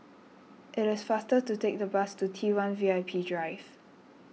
it is faster to take the bus to T one V I P Drive